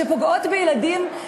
שפוגעות בילדים,